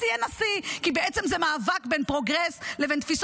למה אתה ממשיך לקבל הנחת סלב ואתה ממשיך לשבת